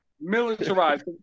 Militarized